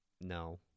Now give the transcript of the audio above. No